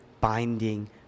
binding